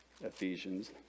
Ephesians